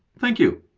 thank you.